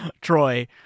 Troy